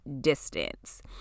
Distance